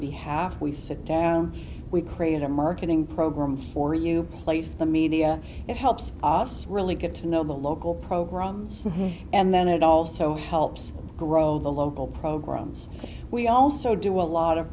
behalf we sit down we create a marketing program for you place the media it helps oss really get to know the local programs and then it also helps grow the local programs we also do a lot of